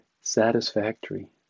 satisfactory